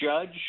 judge